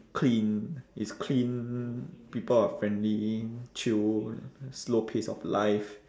clean it's clean people are friendly chill slow pace of life